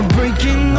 Breaking